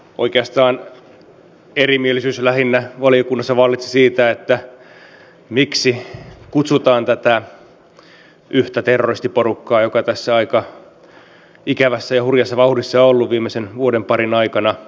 oikeastaan erimielisyys valiokunnassa vallitsi lähinnä siitä miksi kutsutaan tätä yhtä terroristiporukkaa joka tässä aika ikävässä ja hurjassa vauhdissa on ollut viimeisen vuoden parin aikana